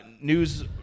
news